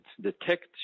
detect